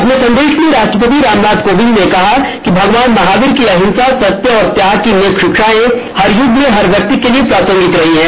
अपने संदेश में राष्ट्रपति रामनाथ कोविंद ने कहा कि भगवान महावीर की अंहिसा सत्य और त्याग की नेक शिक्षाए हर युग में हर व्यक्ति के लिए प्रासंगिक रही हैं